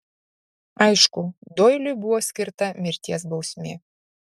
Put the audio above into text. aišku doiliui buvo skirta mirties bausmė